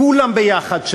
כולם יחד,